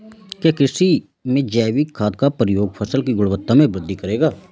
क्या कृषि में जैविक खाद का प्रयोग फसल की गुणवत्ता में वृद्धि करेगा?